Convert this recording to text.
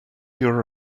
your